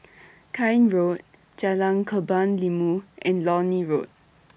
Keene Road Jalan Kebun Limau and Lornie Road